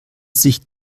sich